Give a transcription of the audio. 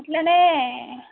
ఇలానే